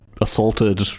assaulted